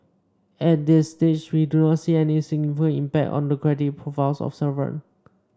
at this stage we do not see any significant impact on the credit profiles of sovereign